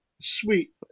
Sweet